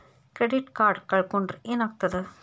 Credit card ಕಳ್ಕೊಂಡ್ರ್ ಏನಾಗ್ತದ?